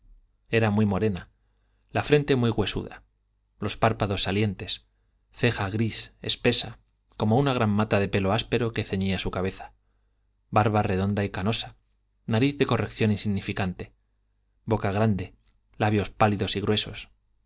era muy morena la frente muy huesuda los párpados salientes ceja gris espesa como la gran mata de pelo áspero que ceñía su cabeza barba redonda y carnosa nariz de corrección insignificante boca grande labios pálidos y gruesos